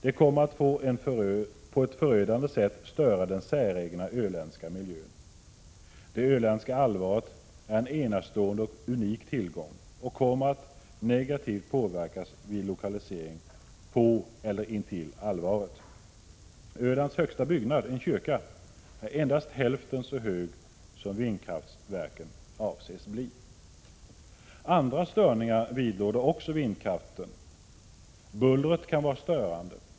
De kommer att på ett förödande sätt störa den säregna öländska miljön. Det öländska alvaret är en enastående och unik tillgång och kommer att negativt påverkas vid lokalisering på eller intill alvaret. Ölands högsta byggnad, en kyrka, är endast hälften så hög som vindkraftverken avses bli. Andra störningar vidlåder också vindkraftverken. Bullret kan vara störande.